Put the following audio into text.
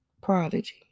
Prodigy